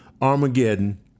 Armageddon